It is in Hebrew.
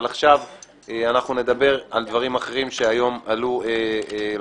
אבל עכשיו נדבר על דברים אחרים שהיום עלו לשיח